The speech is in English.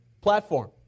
platform